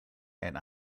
and